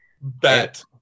Bet